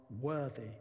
worthy